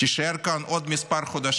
תישאר כאן עוד כמה חודשים,